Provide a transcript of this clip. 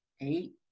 eight